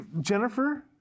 Jennifer